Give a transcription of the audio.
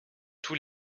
tous